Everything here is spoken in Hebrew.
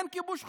אין כיבוש חוקי,